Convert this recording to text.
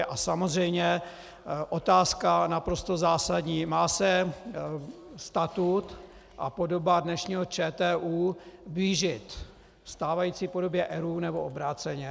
A samozřejmě otázka naprosto zásadní: Má se statut a podoba dnešního ČTÚ blížit stávající podobě ERÚ, nebo obráceně?